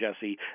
Jesse